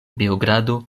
beogrado